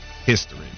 history